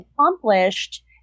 accomplished